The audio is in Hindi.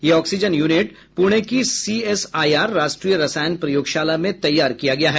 ये ऑक्सीजन यूनिट पुणे की सी एस आई आर राष्ट्रीय रसायन प्रयोगशाला में तैयार किया गया है